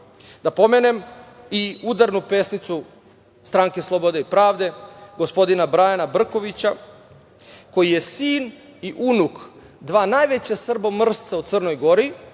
pomenem i udarnu pesnicu Stranke slobode i pravde, gospodina Brajana Brkovića, koji je sin i unuk dva najveća srbomrsca u Crnoj Gori,